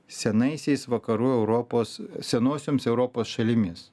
senaisiais vakarų europos senosioms europos šalimis